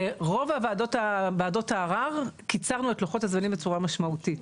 ברוב וועדות הערר קיצרנו את הזמנים בצורה משמעותית.